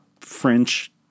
French